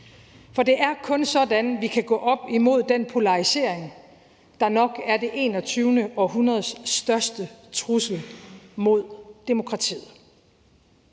for det er kun sådan, vi kan gå op imod den polarisering, der nok er det 21. århundredes største trussel mod demokratiet.